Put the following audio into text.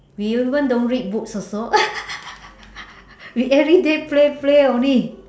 we even don't read books also we everyday play play only